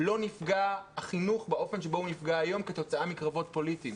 לא נפגע החינוך באופן שבו הוא נפגע היום כתוצאה מקרבות פוליטיים.